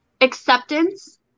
Acceptance